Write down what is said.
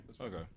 Okay